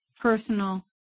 personal